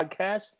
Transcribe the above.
podcast